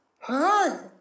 hi